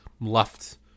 left